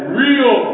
real